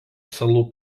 salų